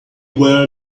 were